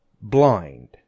blind